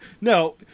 No